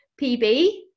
PB